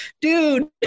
dude